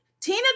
Tina